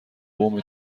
قوم